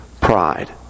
Pride